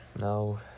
No